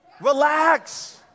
Relax